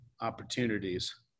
opportunities